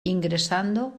ingresando